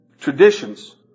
traditions